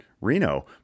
Reno